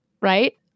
right